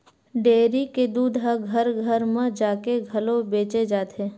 dairy के दूद ह घर घर म जाके घलो बेचे जाथे